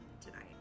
tonight